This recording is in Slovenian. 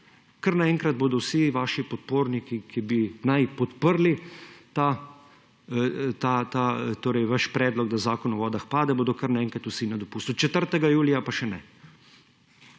Kar naenkrat bodo vsi vaši podporniki, ki naj bi podprli vaš predlog, da Zakon o vodah pade, bodo kar naenkrat vsi na dopustu, 4. julija pa še ne.